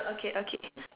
okay okay